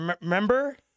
Remember